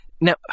now